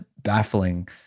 baffling